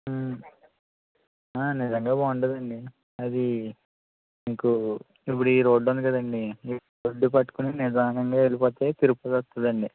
నిజంగా బాగుంటుంది అండి అదీ మీకు ఇప్పుడు ఈ రోడ్డు ఉంది కదండీ ఈ రోడ్డు పట్టుకొని నిదానంగా వెళ్ళిపోతే తిరుపతి వత్తదండి